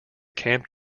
camp